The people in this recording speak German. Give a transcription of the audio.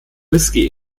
whisky